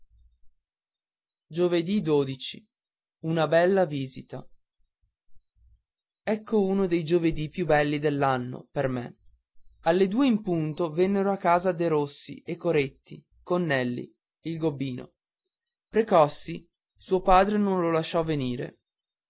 tanto coraggio una bella visita ì cco uno dei giovedì più belli dell'anno per me alle due in punto vennero a casa derossi e coretti con nelli il gobbino precossi suo padre non lo lasciò venire